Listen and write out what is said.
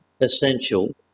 essential